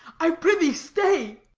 i prithee stay.